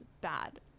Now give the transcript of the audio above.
bad